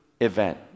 event